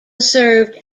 served